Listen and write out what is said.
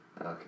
Okay